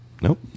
Nope